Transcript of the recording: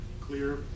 clear